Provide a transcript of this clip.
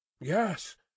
Yes